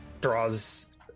Draws